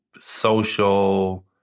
social